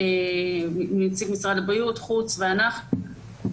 נציג משרד הבריאות, חוץ ואנחנו,